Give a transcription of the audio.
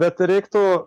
bet reiktų